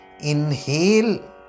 inhale